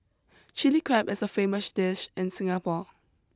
Chilli Crab is a famous dish in Singapore